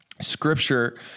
scripture